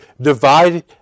divide